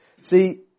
See